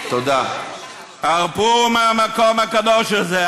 הרפו מהמקום הקדוש הזה.